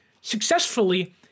successfully